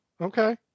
Okay